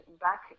back